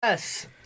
Yes